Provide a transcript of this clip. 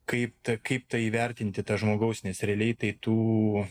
kaip tą kaip tą įvertinti tą žmogaus nes realiai tai tų